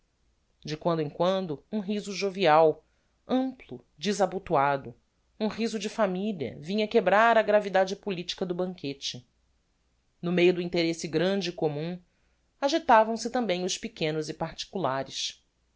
de quando em quando um riso jovial amplo desabotoado um riso de familia vinha quebrar a gravidade politica do banquete no meio do interesse grande e commum agitavam-se tambem os pequenos e particulares